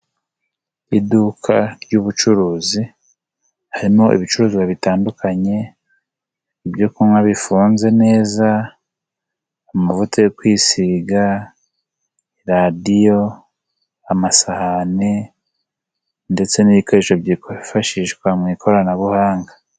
Iduka ry'ubucuruzi, harimo ibicuruzwa bitandukanye, ibyo kunywa bifunze neza, amavuta yo kwisiga, radiyo, amasahani ndetse n'ibikoresho byifashishwa mu ikoranabuhanga.